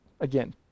again